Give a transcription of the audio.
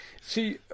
See